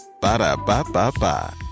Ba-da-ba-ba-ba